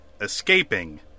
escaping